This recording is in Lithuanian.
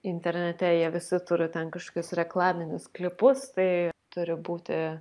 internete jie visi turi ten kažkokius reklaminius klipus tai turi būti